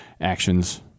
actions